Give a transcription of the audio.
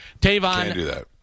Tavon